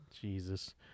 Jesus